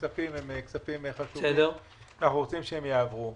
הכספים הם כספים חשובים, אנחנו רוצים שהם יעברו.